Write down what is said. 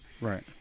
Right